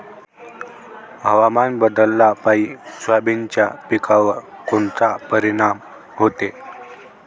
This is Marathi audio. हवामान बदलापायी सोयाबीनच्या पिकावर कोनचा परिणाम होते?